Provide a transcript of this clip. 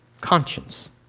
conscience